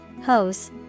Hose